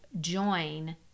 join